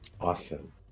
Awesome